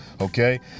okay